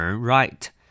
right